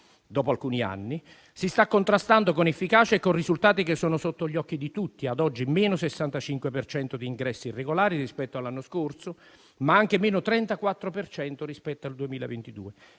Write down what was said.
dopo alcuni anni, si sta contrastando con efficacia e con risultati che sono sotto gli occhi di tutti: ad oggi meno 65 per cento di ingressi irregolari rispetto all'anno scorso, ma anche meno 34 per cento rispetto al 2022.